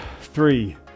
three